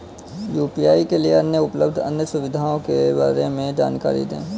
UPI के लिए उपलब्ध अन्य सुविधाओं के बारे में जानकारी दें?